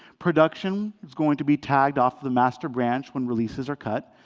production is going to be tagged off of the master branch when releases are cut.